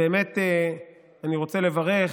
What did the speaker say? באמת אני רוצה לברך